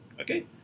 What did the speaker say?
Okay